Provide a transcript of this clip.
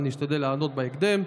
אני אשתדל לענות בהקדם.